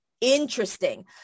interesting